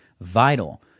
vital